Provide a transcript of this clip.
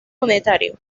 monetario